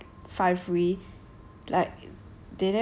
what any five items that they sell there and you get like